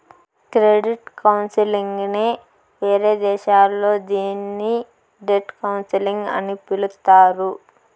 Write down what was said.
credit counselling నే వేరే దేశాల్లో దీన్ని డెట్ కౌన్సిలింగ్ అని పిలుత్తారు